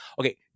Okay